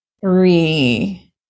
three